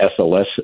SLS